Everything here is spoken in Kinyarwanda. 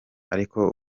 ariko